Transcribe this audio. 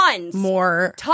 more